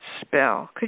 spell